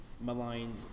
maligned